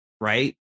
right